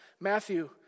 Matthew